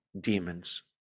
demons